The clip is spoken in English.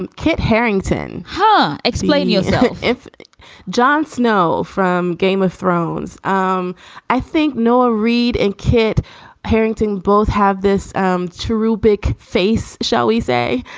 and kit harington, huh? explain yourself. jon snow from game of thrones. um i think no. ah reed and kit harington both have this um cherubic face, shall we say.